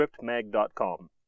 scriptmag.com